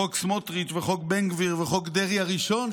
חוק סמוטריץ' וחוק בן גביר וחוק דרעי הראשון,